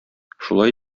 шулай